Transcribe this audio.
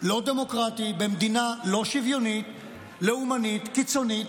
לא דמוקרטי במדינה לא שוויונית, לאומנית, קיצונית,